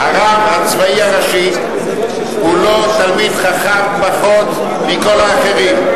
הרב הצבאי הראשי הוא לא תלמיד חכם פחות מכל האחרים.